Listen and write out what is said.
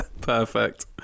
perfect